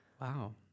Wow